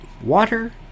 water